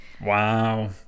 Wow